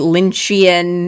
Lynchian